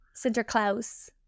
Sinterklaas